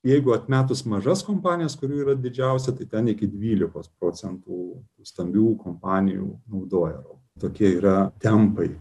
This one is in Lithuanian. jeigu atmetus mažas kompanijas kurių yra didžiausia tai ten iki dvylikos procentų stambių kompanijų naudoja tokie yra tempai